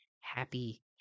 happy